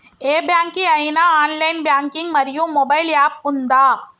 ఏ bank కి ఐనా online banking మరియు మొబైల్ యాప్ ఉందా?